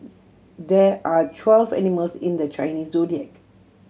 there are twelve animals in the Chinese Zodiac